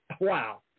wow